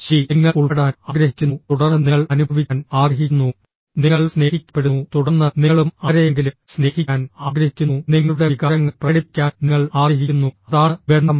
ശരി നിങ്ങൾ ഉൾപ്പെടാൻ ആഗ്രഹിക്കുന്നു തുടർന്ന് നിങ്ങൾ അനുഭവിക്കാൻ ആഗ്രഹിക്കുന്നു നിങ്ങൾ സ്നേഹിക്കപ്പെടുന്നു തുടർന്ന് നിങ്ങളും ആരെയെങ്കിലും സ്നേഹിക്കാൻ ആഗ്രഹിക്കുന്നു നിങ്ങളുടെ വികാരങ്ങൾ പ്രകടിപ്പിക്കാൻ നിങ്ങൾ ആഗ്രഹിക്കുന്നു അതാണ് ബന്ധം